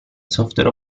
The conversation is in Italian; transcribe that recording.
software